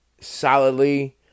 solidly